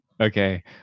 Okay